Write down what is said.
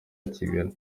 kigali